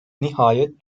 nihayet